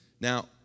Now